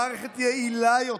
למערכת יעילה יותר,